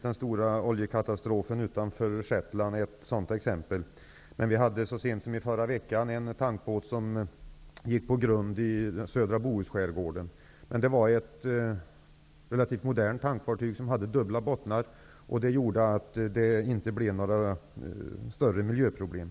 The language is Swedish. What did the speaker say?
Den stora oljekatastrofen utanför Shetland är naturligtvis ett sådant exempel. Så sent som förra veckan gick en tankbåt på grund i södra bohusskärgården. Det var ett relativt modernt tankfartyg med dubbla bottnar, och det gjorde att det inte blev några större miljöproblem.